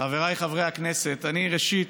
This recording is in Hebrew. חבריי חברי הכנסת, ראשית,